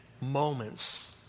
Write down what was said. moments